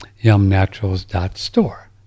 yumnaturals.store